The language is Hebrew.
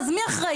אז מי אחראי?